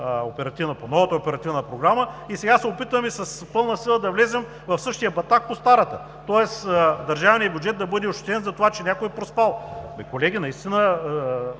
по новата Оперативна програма. Сега се опитваме с пълна сила да влезем в същия батак по старата. Тоест държавният бюджет да бъде ощетен за това, че някой е проспал. Колеги, осъзнайте